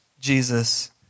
Jesus